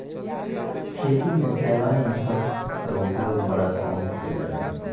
खेती में शैवालनाशक कअ उपयोग बड़ा कम कइल जाला